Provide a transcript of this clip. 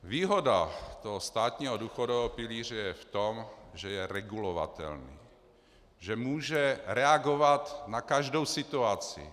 Výhoda toho státního důchodového pilíře je v tom, že je regulovatelný, že může reagovat na každou situaci.